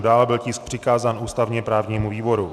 Dále byl tisk přikázán ústavněprávnímu výboru.